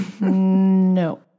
No